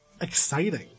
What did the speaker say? exciting